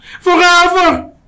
forever